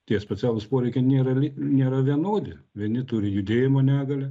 tie specialūs poreikiai nėra nėra vienodi vieni turi judėjimo negalią